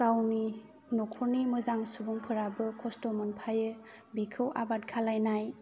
गावनि नखरनि मोजां सुबुंफोराबो खस्थ' मोनफायो बेखौ आबाद खालायनाय